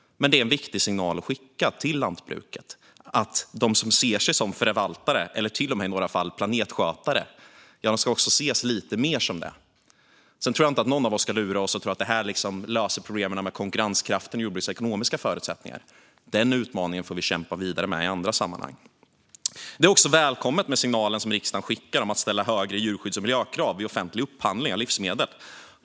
Men det är en viktig signal att skicka till lantbruket att de som ser sig som förvaltare, eller till och med i några fall planetskötare, också ska ses lite mer som det. Sedan tror jag inte att någon av oss ska låta lura sig och tro att det löser problemen med konkurrenskraften i jordbruket och dess ekonomiska förutsättningar. Den utmaningen får vi kämpa vidare med i andra sammanhang. Det är också välkommet med signalen som riksdagen kommer att skicka om att ställa högre djurskydds och miljökrav vid offentlig upphandling av livsmedel.